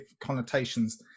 connotations